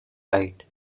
light